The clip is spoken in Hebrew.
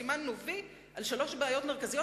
סימנו "וי" על שלוש בעיות מרכזיות,